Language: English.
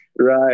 right